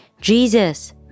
Jesus